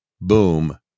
Boom